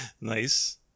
Nice